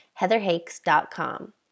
heatherhakes.com